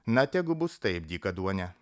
na tegu bus taip dykaduone